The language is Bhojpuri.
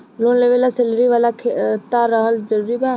लोन लेवे ला सैलरी वाला खाता रहल जरूरी बा?